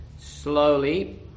Slowly